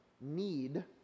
need